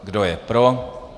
Kdo je pro?